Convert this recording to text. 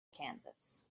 kansas